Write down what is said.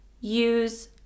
use